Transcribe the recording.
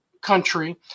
country